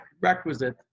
prerequisite